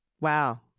Wow